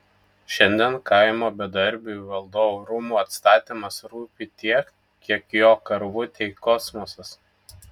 šiandien kaimo bedarbiui valdovų rūmų atstatymas rūpi tiek kiek jo karvutei kosmosas